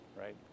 right